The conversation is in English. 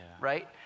right